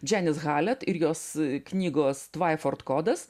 dženit halet ir jos knygos tvaiford kodas